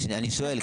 אני שואל,